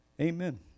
Amen